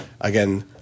Again